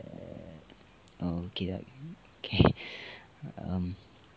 err okay like okay um